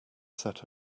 set